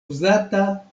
uzata